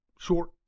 short